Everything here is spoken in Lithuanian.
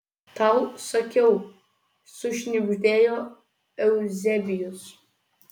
tau sakiau sušnibždėjo euzebijus